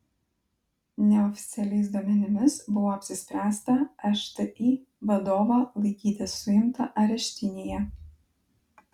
neoficialiais duomenimis buvo apsispręsta šti vadovą laikyti suimtą areštinėje